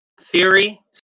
Theory